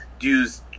use